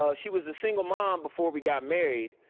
ah she was a single mom before we got married,